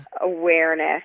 awareness